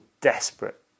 desperate